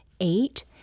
eight